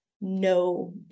no